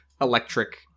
electric